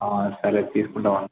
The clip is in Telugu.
సరే తీసుకుంటాం అన్న